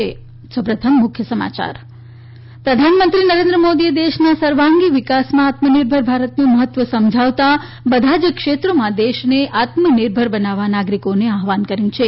ત પ્રધાનમંત્રી નરેન્દ્ર મોદીએ દેશના સર્વાંગી વિકાસમાં આત્મનિર્ભર ભારતનું મહત્વ સમજાવતા બધા જ ક્ષેત્રોમાં દેશને આત્મનિર્ભર બનાવવા નાગરિકોને આહવાન કર્યું છે